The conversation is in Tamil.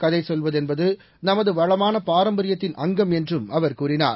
கதை சொல்வது என்பது நமது வளமான பாரம்பரியத்தின் அங்கம் என்றும் அவர் கூறினார்